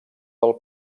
del